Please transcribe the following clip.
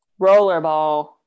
Rollerball